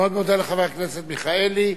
אני מאוד מודה לחבר הכנסת מיכאלי.